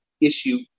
issue